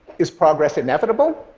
is progress inevitable?